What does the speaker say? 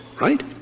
right